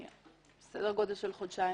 סדר גודל של חודשיים.